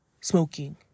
smoking